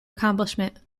accomplishment